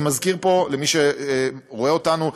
אני מזכיר פה למי שרואה אותנו,